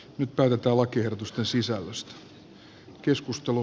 nyt päätetään lakiehdotusten sisällöstä